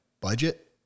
budget